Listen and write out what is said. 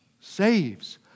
saves